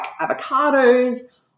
avocados